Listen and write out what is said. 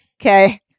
Okay